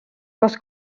kas